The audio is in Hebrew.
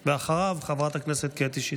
ואחריו, חברת הכנסת קטי שטרית.